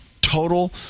total